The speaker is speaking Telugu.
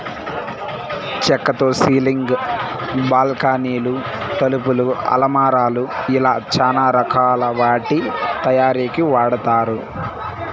చక్కతో సీలింగ్, బాల్కానీలు, తలుపులు, అలమారాలు ఇలా చానా రకాల వాటి తయారీకి వాడతారు